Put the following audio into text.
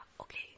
Okay